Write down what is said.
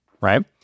right